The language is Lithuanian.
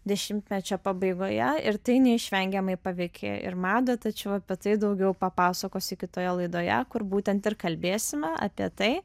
dešimtmečio pabaigoje ir tai neišvengiamai paveikė ir madą tačiau apie tai daugiau papasakosiu kitoje laidoje kur būtent ir kalbėsime apie tai